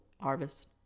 harvest